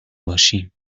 باشیم